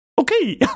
Okay